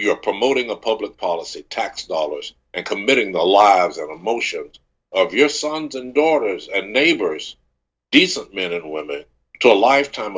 you're promoting the public policy tax dollars and committing the lives of emotions of your sons and daughters and neighbors decent men and women to a lifetime